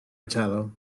echado